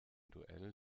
duell